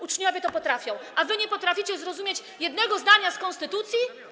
Uczniowie to potrafią, a wy nie potraficie zrozumieć jednego zdania z konstytucji?